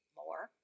more